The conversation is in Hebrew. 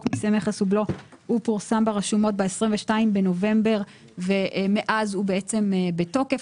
מסי מכס ובלו ב-22 בנובמבר ומאז הוא בתוקף.